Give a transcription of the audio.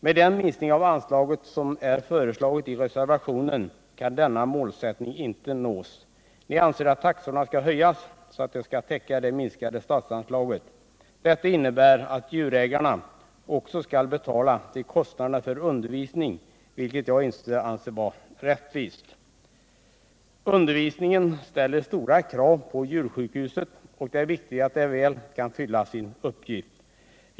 Med den minskning av anslaget som är föreslagen i reservationen kan denna målsättning inte nås. Ni anser att taxorna skall höjas, så att detta skall täcka det minskade statsanslaget. Detta innebär att djurägarna också skall betala kostnaderna för undervisningen, vilket jag inte anser vara rättvist. Undervisningen ställer stora krav på djursjukhuset, och det är viktigt att det väl kan fylla sin uppgift.